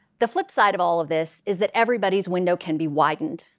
the flip side of all of this is that everybody's window can be widened.